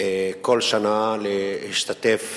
כל שנה להשתתף